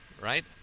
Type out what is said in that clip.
Right